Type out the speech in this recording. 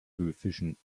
höfischen